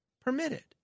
permitted